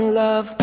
love